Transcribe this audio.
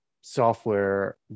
software